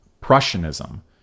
Prussianism